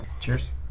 Cheers